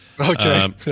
okay